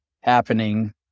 happening